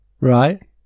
Right